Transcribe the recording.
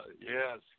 yes